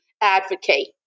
advocate